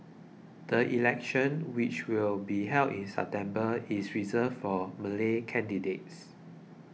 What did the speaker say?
the election which will be held in September is reserved for Malay candidates